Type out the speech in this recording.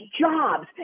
jobs